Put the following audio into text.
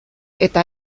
eta